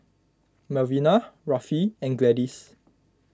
Melvina Rafe and Gladys